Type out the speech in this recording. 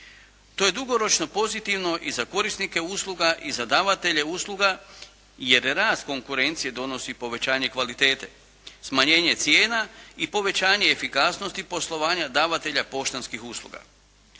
To je dugoročno pozitivno i za korisnike usluga i za davatelje usluga jer rast konkurencije donosi povećanje kvalitete, smanjenje cijena i povećanje efikasnosti poslovanja davatelja poštanskih usluga.